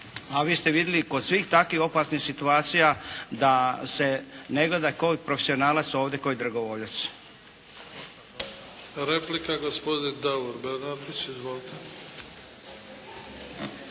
a vi ste vidjeli kod svih takvih opasnih situacija da se ne gleda tko je profesionalac ovdje, tko je dragovoljac. **Bebić, Luka (HDZ)** Replika gospodin Davor Bernardić. Izvolite.